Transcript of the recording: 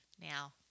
now